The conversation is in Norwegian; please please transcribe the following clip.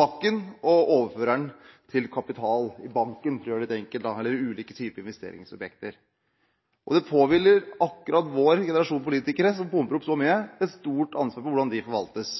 bakken og overfører den til kapital i banken, for å gjøre det enkelt, eller i ulike typer investeringsobjekter. Og det påhviler akkurat vår generasjon politikere som pumper opp så mye, et stort ansvar for hvordan den formuen forvaltes.